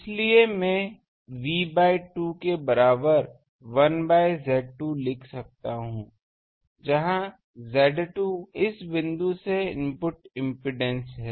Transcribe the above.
इसलिए मैं V by 2 के बराबर 1 बाय Z2 लिख सकता हूं जहां Z2इस बिंदु से इनपुट इम्पीडेन्स है